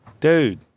Dude